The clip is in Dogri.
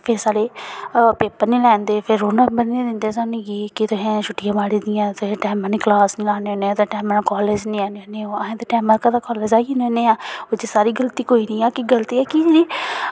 फिर साढ़े पेपर निं लैंदे फिर रोल नम्बर निं दिंदे सानूं कि तुसें छुट्टियां मारी दियां तुस टैमां दी क्लॉस निं लान्ने होने तुस टैमां दा कॉलेज निं आने होने अस ते टैमां दे घरा कॉलेज आई दे होने आं ओह्दे च साढ़ी गलती कोई निं ऐ गलती ऐ की एह् जेह्ड़ी